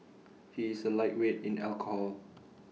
he is A lightweight in alcohol